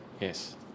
Yes